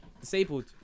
disabled